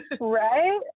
right